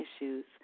issues